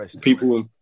people